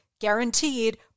Guaranteed